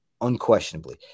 unquestionably